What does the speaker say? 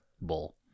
Bull